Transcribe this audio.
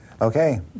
Okay